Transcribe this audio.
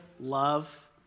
love